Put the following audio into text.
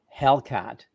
Hellcat